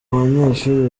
banyeshuri